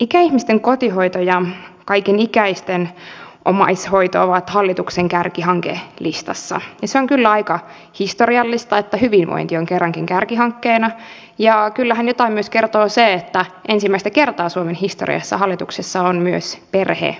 ikäihmisten kotihoito ja kaikenikäisten omaishoito ovat hallituksen kärkihankelistassa ja se on kyllä aika historiallista että hyvinvointi on kerrankin kärkihankkeena ja kyllähän jotain myös kertoo se että ensimmäistä kertaa suomen historiassa hallituksessa on myös perheministeri